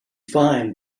find